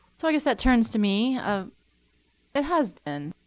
so i guess that turns to me. ah it has been,